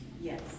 Yes